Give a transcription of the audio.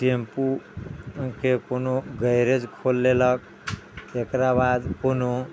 टेम्पूके कोनो गैरेज खोलि लेलक एकराबाद कोनो